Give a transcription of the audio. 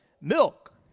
milk